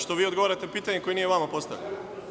Što vi odgovarate na pitanje koje nije vama postavljeno.